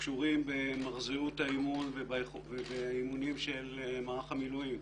שקשורים במחזוריות האימון ובאימונים של מערך המילואים,